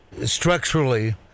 structurally